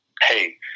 Hey